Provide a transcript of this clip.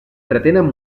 pretenen